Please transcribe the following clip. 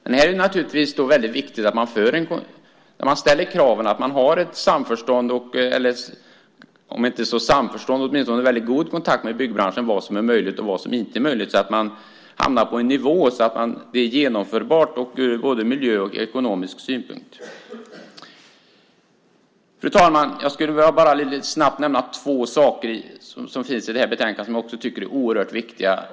Det är naturligtvis viktigt att det finns ett samförstånd, eller åtminstone väldigt god kontakt, med byggbranschen om vad som är möjligt och vad som inte är möjligt så att man hamnar på en nivå som gör att det är genomförbart ur både ekonomisk synpunkt och miljösynpunkt. Fru talman! Jag skulle vilja nämna två saker som finns i betänkandet och som jag tycker är oerhört viktiga.